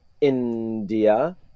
India